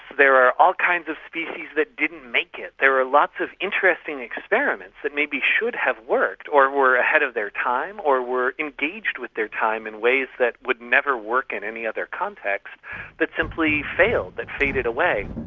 there are all kinds of species that didn't make it. there are lots of interesting experiments that maybe should have worked or were ahead of their time or were engaged with their time in ways that would never work in any other context that simply failed, that faded away.